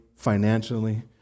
Financially